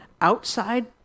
outside